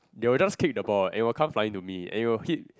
they will just kick the ball and it will come flying to me and it will hit